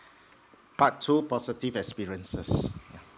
part two positive experiences